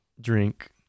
drink